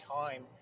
time